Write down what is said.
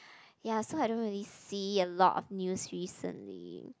ya so I don't really see a lot of news recently